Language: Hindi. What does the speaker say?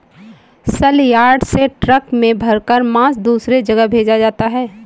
सलयार्ड से ट्रक में भरकर मांस दूसरे जगह भेजा जाता है